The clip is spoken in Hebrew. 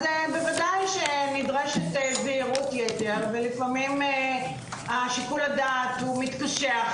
אז בוודאי שנדרשת זהירות יתרה ולפעמים שיקול הדעת הוא קשיח